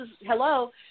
hello